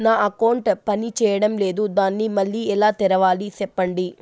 నా అకౌంట్ పనిచేయడం లేదు, దాన్ని మళ్ళీ ఎలా తెరవాలి? సెప్పండి